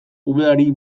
umeari